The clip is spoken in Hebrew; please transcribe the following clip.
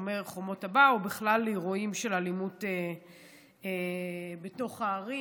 שומר החומות הבא ובכלל לאירועים של אלימות בתוך הערים,